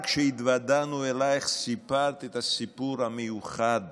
רק כשהתוודענו אלייך סיפרת את הסיפור המיוחד